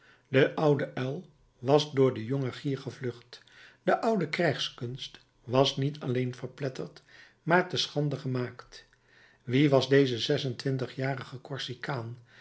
de oude uil was voor den jongen gier gevlucht de oude krijgskunst was niet alleen verpletterd maar te schande gemaakt wie was deze zesentwintigjarige korsikaan